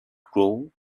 grow